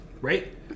Right